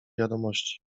wiadomości